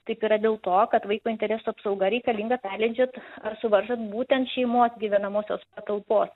taip yra dėl to kad vaiko interesų apsauga reikalinga perleidžiat ar suvaržant būtent šeimos gyvenamosios patalpos